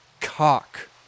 cock